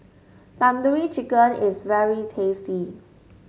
Tandoori Chicken is very tasty